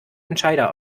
entscheider